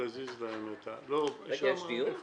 יש דיון?